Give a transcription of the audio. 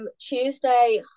Tuesday